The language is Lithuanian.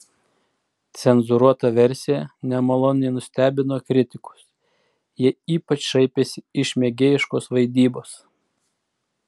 cenzūruota versija nemaloniai nustebino kritikus jie ypač šaipėsi iš mėgėjiškos vaidybos